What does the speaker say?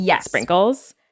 sprinkles